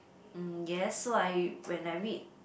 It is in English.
mm yes so I when I read